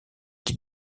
qui